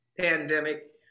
pandemic